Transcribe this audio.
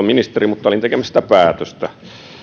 ministeri mutta olin tekemässä sitä päätöstä